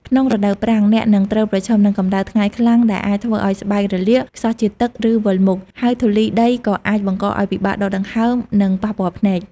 ក្នុងរដូវប្រាំង អ្នកនឹងត្រូវប្រឈមនឹង កម្ដៅថ្ងៃខ្លាំង ដែលអាចធ្វើឱ្យស្បែករលាក ខ្សោះជាតិទឹក ឬវិលមុខ ហើយធូលីដីក៏អាចបង្កឱ្យពិបាកដកដង្ហើម និងប៉ះពាល់ភ្នែក។